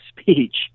speech